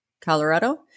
Colorado